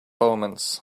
omens